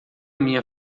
minha